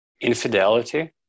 Infidelity